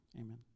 Amen